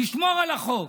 לשמור על החוק.